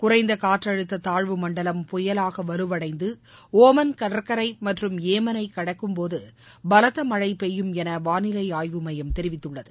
குறைந்த காற்றழுத்த தாழ்வு மண்டலம் புயலாக வலுவளடந்து ஒமன் கடற்கரை மற்றும் ஏமனை கடக்கும் போது பலத்த மழை பெய்யும் என வானிலை ஆய்வுமையம் தெரிவித்துள்ளது